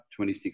26